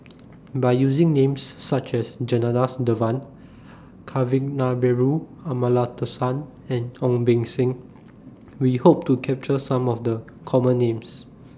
By using Names such as Janadas Devan Kavignareru Amallathasan and Ong Beng Seng We Hope to capture Some of The Common Names